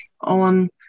on